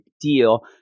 deal